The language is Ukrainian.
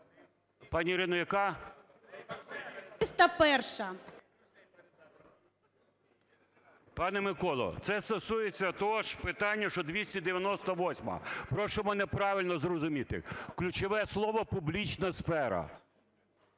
301-а. ЛЕСЮК Я.В. Пане Миколо, це стосується того ж питання, що і 298-а. Прошу мене правильно зрозуміти. Ключове слово "публічна сфера".